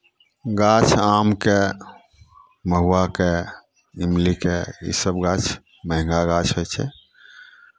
गाछ आमके महुआके इमलीके इसभ गाछ महंगा गाछ होइ छै